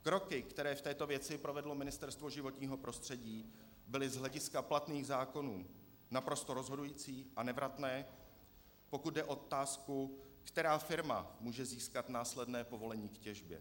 Kroky, které v této věci provedlo Ministerstvo životního prostředí, byly z hlediska platných zákonů naprosto rozhodující a nevratné, pokud jde o otázku, která firma může získat následné povolení k těžbě.